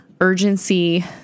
urgency